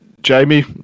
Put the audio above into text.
Jamie